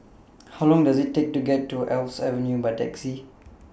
How Long Does IT Take to get to Alps Avenue By Taxi